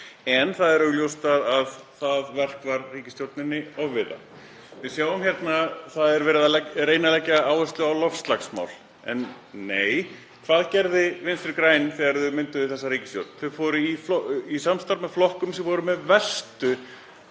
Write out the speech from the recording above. En það er augljóst að það verk var ríkisstjórninni ofviða. Það er verið að reyna að leggja áherslu á loftslagsmál. En hvað gerðu Vinstri græn þegar þau mynduðu þessa ríkisstjórn? Þau fóru í samstarf með flokkum sem voru með verstu